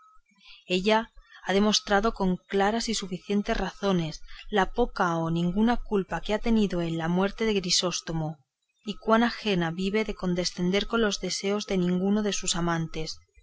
ella ha mostrado con claras y suficientes razones la poca o ninguna culpa que ha tenido en la muerte de grisóstomo y cuán ajena vive de condescender con los deseos de ninguno de sus amantes